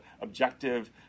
objective